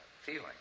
feeling